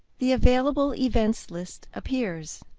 the available events list appears.